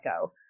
go